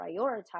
prioritize